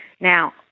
Now